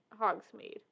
Hogsmeade